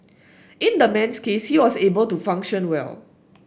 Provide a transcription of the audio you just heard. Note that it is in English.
in the man's case he was able to function well